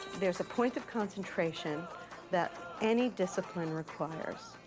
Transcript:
there's a point of concentration that any discipline requires,